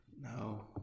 No